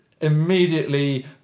immediately